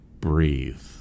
breathe